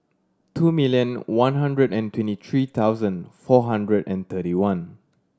two million one hundred and twenty three thousand four hundred and thirty one